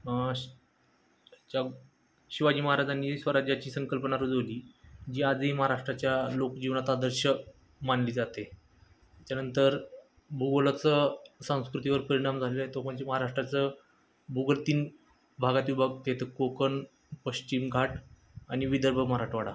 च्या शिवाजी महाराजांनी स्वराज्याची संकल्पना रुजवली जी आधी महाराष्ट्राच्या लोकजीवनात आदर्श मानली जाते त्याच्यानंतर भूगोलाचं सांस्कृतीवर परिणाम झालेलंय तो म्हणजे महाराष्ट्राचं भूगोल तीन भागात विभागलेत कोकण पश्चिमघाट आणि विदर्भ मारठवाडा